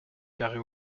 garée